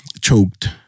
choked